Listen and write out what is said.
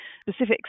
specifics